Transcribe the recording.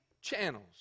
channels